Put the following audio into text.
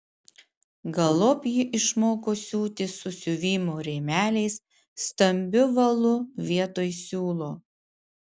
galop ji išmoko siūti su siuvimo rėmeliais stambiu valu vietoj siūlo